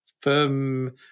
firm